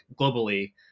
globally